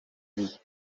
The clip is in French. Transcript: lui